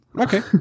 Okay